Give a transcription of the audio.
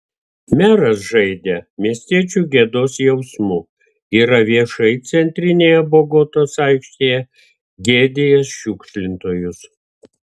meras žaidė miestiečių gėdos jausmu yra viešai centrinėje bogotos aikštėje gėdijęs šiukšlintojus